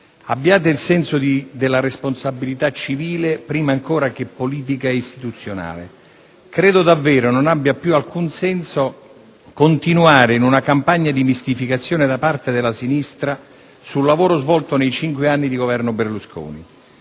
abbiate il senso della responsabilità civile prima ancora che politica e istituzionale. Credo davvero non abbia più alcun senso continuare in una campagna di mistificazione da parte della sinistra sul lavoro svolto nei cinque anni di Governo Berlusconi.